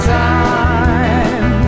time